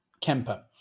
Kemper